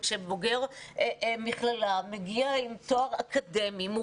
וכשבוגר המכללה מגיע עם תואר אקדמי על